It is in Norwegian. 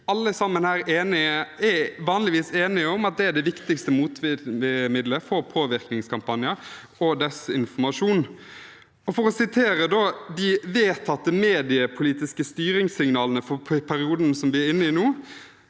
alle sammen her vanligvis er enige om at det er det viktigste motmiddelet for påvirkningskampanjer og desinformasjon. For å vise til de vedtatte mediepolitiske styringssignalene for perioden vi er inne i nå,